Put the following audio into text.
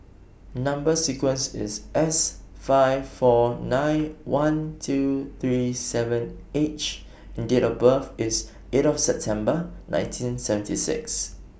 Number sequence IS S five four nine one two three seven H and Date of birth IS eight September nineteen seventy six